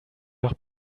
heure